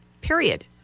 period